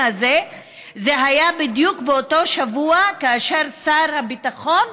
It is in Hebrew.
הזה הייתה בדיוק באותו שבוע כאשר שר הביטחון